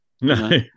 no